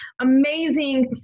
amazing